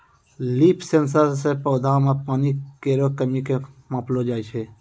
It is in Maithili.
लीफ सेंसर सें पौधा म पानी केरो कमी क मापलो जाय छै